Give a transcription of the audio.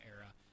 era